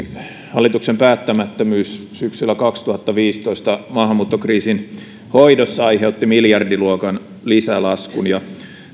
hallituksen päättämättömyys syksyllä kaksituhattaviisitoista maahanmuuttokriisin hoidossa aiheutti miljardiluokan lisälaskun